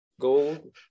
gold